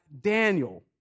Daniel